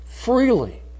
freely